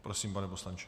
Prosím, pane poslanče.